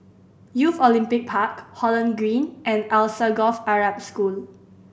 Youth Olympic Park Holland Green and Alsagoff Arab School